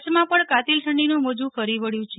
કચ્છમાં પણ કાતિલ ઠંડીનું મોજું ફરી વળ્યું છે